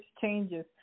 changes